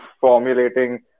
formulating